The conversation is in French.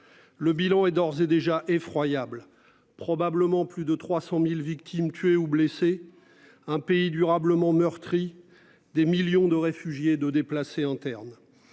Le bilan est d'ores et déjà effroyable probablement plus de 300.000 victimes tuées ou blessées un pays durablement meurtrie. Des millions de réfugiés et de déplacés internes.